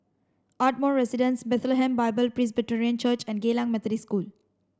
Ardmore Residence Bethlehem Bible Presbyterian Church and Geylang Methodist School